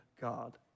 God